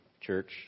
church